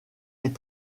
est